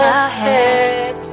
ahead